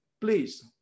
please